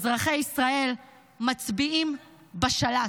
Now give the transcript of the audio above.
אזרחי ישראל מצביעים בשלט.